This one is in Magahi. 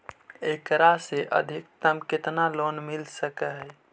एकरा से अधिकतम केतना लोन मिल सक हइ?